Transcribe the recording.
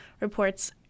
reports